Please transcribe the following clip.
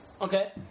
Okay